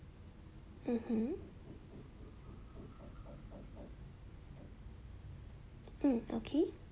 mmhmm hmm okay